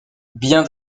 bien